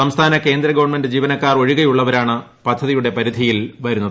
സംസ്ഥാന കേന്ദ്ര ഗവണ്മെന്റ് ജീവനക്കാർ ഒഴികെയുള്ളവരാണ് പദ്ധതിയുടെ പരിധിയിൽ വരുന്നത്